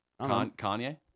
Kanye